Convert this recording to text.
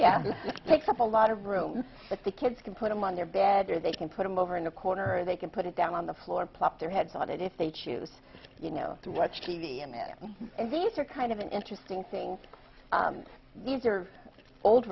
it takes up a lot of room but the kids can put them on their bed or they can put him over in a corner or they can put it down on the floor plop their heads out it if they choose you know to watch t v and there and these are kind of an interesting thing these are old